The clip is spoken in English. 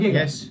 yes